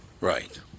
Right